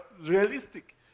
Realistic